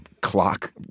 clock